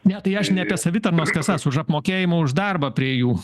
ne tai aš ne savitarnos kasas už apmokėjimą už darbą prie jų